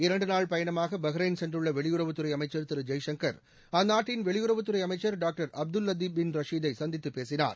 இரண்டு நாள் பயணமாக பக்ரைன் சென்றுள்ள வெளியுறவுத் துறை அமைச்சர் திரு ஜெயசங்கர் அந்நாட்டின் வெளியுறவுத் துறை அமைச்சர் டாக்டர் அப்துல் லத்தீப் பின் ரஷிதை சந்தித்து பேசினார்